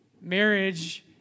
Marriage